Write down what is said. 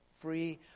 free